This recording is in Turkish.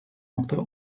nokta